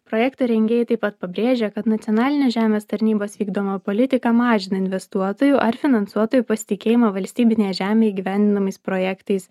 projekto rengėjai taip pat pabrėžia kad nacionalinės žemės tarnybos vykdoma politika mažina investuotojų ar finansuotojų pasitikėjimą valstybinėje žemėje įgyvendinamais projektais